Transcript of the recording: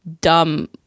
dumb